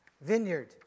Vineyard